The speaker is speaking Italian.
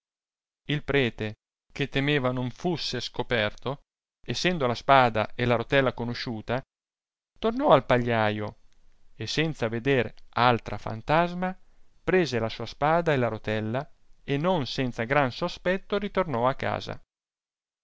il prete che temeva non fusse scoperto essendo la spada e la rotella conosciuta toinò al pagliaio e senza veder altra fantasma prese la sua spada e la rotella e non senza gran sospetto ritornò a casa